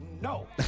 No